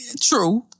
True